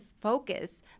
focus